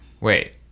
Wait